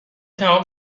تموم